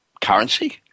currency